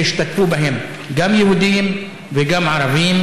שהשתתפו בהן גם יהודים וגם ערבים,